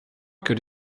could